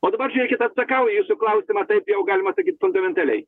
o dabar žiūrėkit atsakau į jūsų klausimą taip jau galima sakyt fundamentaliai